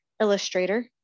Illustrator